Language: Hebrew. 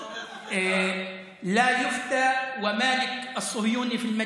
(אומר בערבית ומתרגם:)